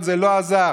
זה לא עזר.